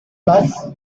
plus